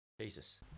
Jesus